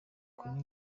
kuri